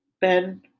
Ben